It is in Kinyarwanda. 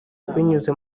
binyuze